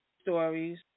stories